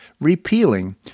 repealing